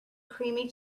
creamy